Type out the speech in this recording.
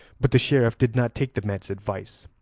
but the sheriff did not take the man's advice,